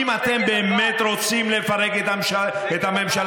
אם אתם באמת רוצים לפרק את הממשלה,